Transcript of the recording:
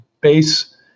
base